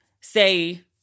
say